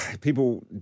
people